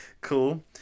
cool